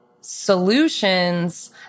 solutions